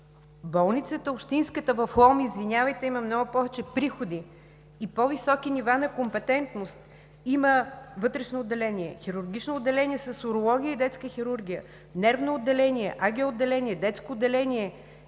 Общинската болница в Лом, извинявайте, има много повече приходи и по-високи нива на компетентност. Има Вътрешно отделение, Хирургично отделение с урология и детска хирургия; Нервно отделение; АГ отделение, Детско отделение,